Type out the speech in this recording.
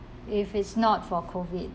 if it's not for COVID